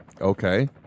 Okay